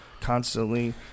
constantly